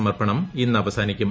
സമർപ്പണം ഇന്ന് അവസാനിക്കും